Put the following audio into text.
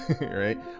right